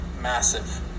massive